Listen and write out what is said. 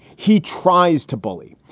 he tries to bully.